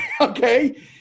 okay